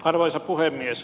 arvoisa puhemies